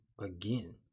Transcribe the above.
again